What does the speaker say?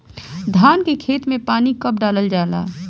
धान के खेत मे पानी कब डालल जा ला?